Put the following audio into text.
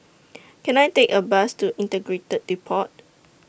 Can I Take A Bus to Integrated Depot